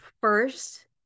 first